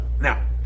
Now